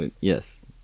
Yes